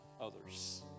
others